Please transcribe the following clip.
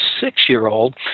six-year-old